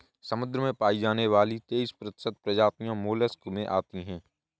समुद्र में पाई जाने वाली तेइस प्रतिशत प्रजातियां मोलस्क में आती है